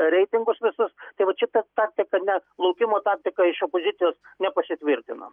reitingus visus tai va čia ta taktika ne laukimo taktika iš opozicijos nepasitvirtino